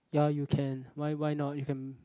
ya you can why why not you can